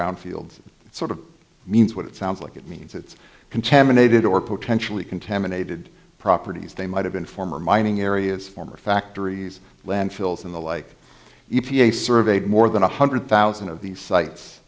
brownfield it's sort of means what it sounds like it means it's contaminated or potentially contaminated properties they might have been former mining areas former factories landfills and the like e p a surveyed more than one hundred thousand of these sites